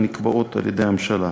הנקבעות על-ידי הממשלה.